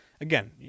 again